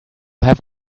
have